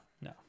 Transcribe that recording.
No